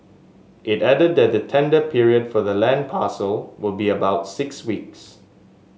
it added that the tender period for the land parcel would be about six weeks